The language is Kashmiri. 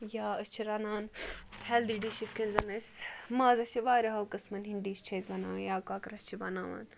یا أسۍ چھِ رَنان ہیلدی ڈِشس یِتھٕ کٔنۍ زَن أسۍ مازَس چھِ واریاہو قٕسمَن ہٕنٛدۍ ڈِش چھِ أسۍ بَناوان یا کۄکرَس چھِ بَناوان